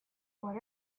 what